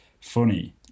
funny